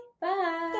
bye